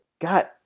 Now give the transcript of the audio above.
God